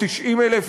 90,000